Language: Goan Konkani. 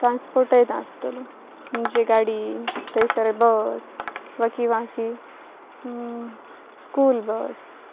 ट्रांसपोर्टय तां आसतलो म्हणजे गाडी थंयसर बस वा किंवा अशी स्कूल बस